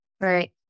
Right